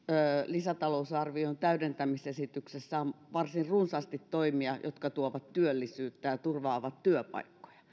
lisätalousarvion täydentämisesityksessä on varsin runsaasti toimia jotka tuovat työllisyyttä ja turvaavat työpaikkoja